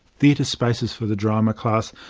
theatre spaces for the drama class,